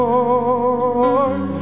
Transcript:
Lord